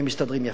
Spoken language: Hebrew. הם מסתדרים יפה.